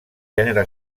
gènere